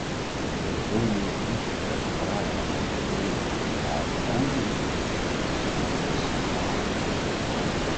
daugiau nei pusę restorano padavėjų sudarę vengrai pagrasino mesią darbą